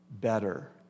better